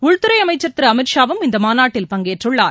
உள்துறைஅமைச்சர் திருஅமித்ஷாவும் இந்தமாநாட்டில் பங்கேற்றுள்ளார்